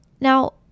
Now